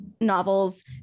novels